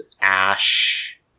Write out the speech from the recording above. Ash